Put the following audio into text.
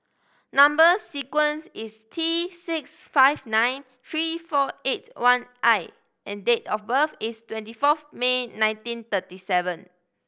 number sequence is T six five nine three four eight one I and date of birth is twenty forth May nineteen thirty seven